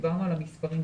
אתמול דיברו על המספרים.